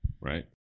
right